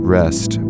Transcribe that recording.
rest